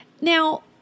Now